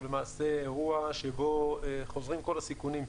הוא למעשה אירוע שבו חוזרים כל הסיכונים.